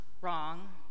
wrong